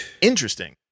Interesting